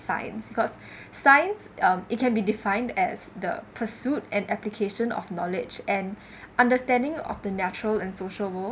science because science um it can be defined as the pursuit and application of knowledge and understanding of the natural and social world